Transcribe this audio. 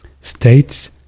states